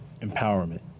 empowerment